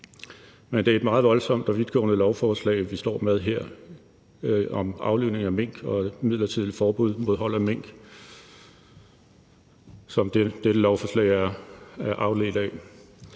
men det er et meget voldsomt og vidtgående lovforslag, vi står med her, om aflivning af mink og midlertidigt forbud mod hold af mink. Indledningsvis vil jeg sige, at